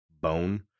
bone